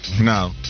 no